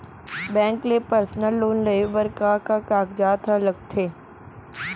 Bank ले personal loan लेये बर का का कागजात ह लगथे?